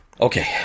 Okay